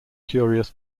curious